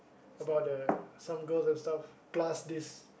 about the some some girls and stuff plus this